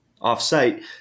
off-site